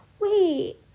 wait